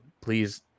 please